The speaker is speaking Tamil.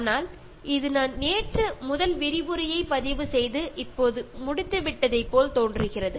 ஆனால் இது நான் நேற்று முதல் விரிவுரையை பதிவுசெய்து இப்பொழுது முடித்து விட்டதைப் போல் தோன்றுகிறது